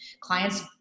clients